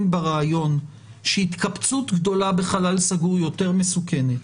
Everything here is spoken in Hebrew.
ברעיון שהתקבצות גדולה בחלל סגור יותר מסוכנת,